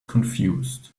confused